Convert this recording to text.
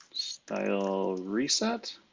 style reset.